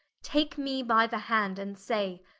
take me by the hand, and say,